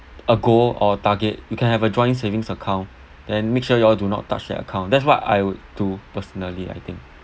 a goal or target you can have a joint savings account then make sure you all do not touch that account that's what I would do personally I think